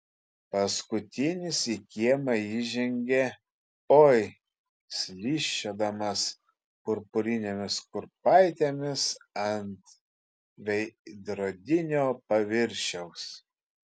paskutinis į kiemą įžengė oi slysčiodamas purpurinėmis kurpaitėmis ant veidrodinio paviršiaus